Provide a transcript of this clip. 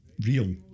real